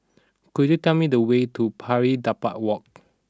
could you tell me the way to Pari Dedap Walk